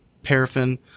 paraffin